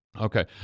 Okay